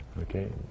Okay